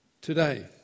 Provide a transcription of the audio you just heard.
today